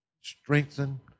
strengthen